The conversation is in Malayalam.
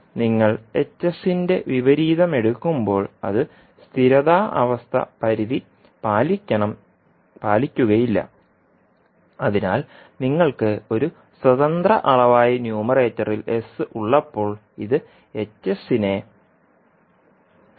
അതിനാൽ നിങ്ങൾ ന്റെ വിപരീതം എടുക്കുമ്പോൾ അത് സ്ഥിരത അവസ്ഥ പരിധി പാലിക്കുകയില്ല അതിനാൽ നിങ്ങൾക്ക് ഒരു സ്വതന്ത്ര അളവായി ന്യൂമറേറ്ററിൽ s ഉള്ളപ്പോൾ ഇത് നെ പരിമിതപ്പെടുത്താൻ അനുവദിക്കില്ല